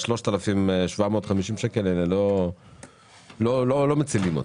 ה-3,750 שקלים האלה לא מצילים אותו.